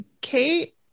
Kate